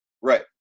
Right